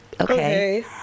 Okay